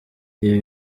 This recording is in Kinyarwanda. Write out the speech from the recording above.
ibi